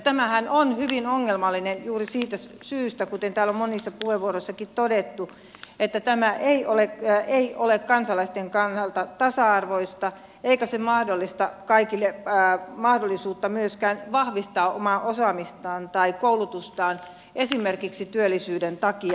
tämähän on hyvin ongelmallinen juuri siitä syystä kuten täällä on monissa puheenvuoroissakin todettu että tämä ei ole kansalaisten kannalta tasa arvoista eikä se mahdollista kaikille mahdollisuutta myöskään vahvistaa omaa osaamistaan tai koulutustaan esimerkiksi työllisyyden takia